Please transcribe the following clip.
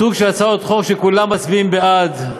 סוג הצעות החוק שכולם מצביעים בעד,